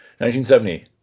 1970